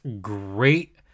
great